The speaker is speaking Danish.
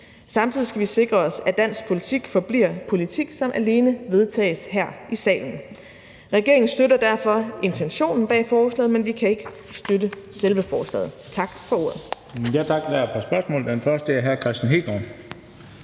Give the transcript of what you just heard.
Samtidig skal vi sikre os, at dansk politik forbliver politik, som alene vedtages her i salen. Regeringen støtter derfor intentionen bag forslaget, men vi kan ikke støtte selve forslaget. Tak for ordet. Kl. 10:41 Den fg. formand (Bent Bøgsted): Tak. Der er